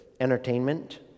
entertainment